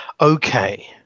okay